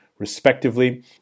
respectively